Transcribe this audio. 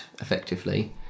effectively